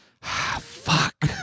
Fuck